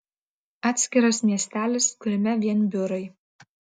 atskiras miestelis kuriame vien biurai